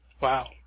Wow